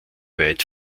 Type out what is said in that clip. weit